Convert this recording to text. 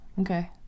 Okay